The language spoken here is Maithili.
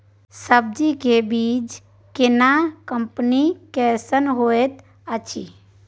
सब्जी के बीज केना कंपनी कैसन होयत अछि?